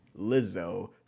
lizzo